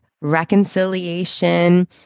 reconciliation